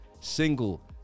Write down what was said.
single